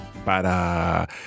para